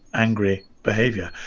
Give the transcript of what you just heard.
angry behavior.